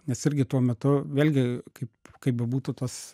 nes irgi tuo metu vėlgi kaip kaip bebūtų tas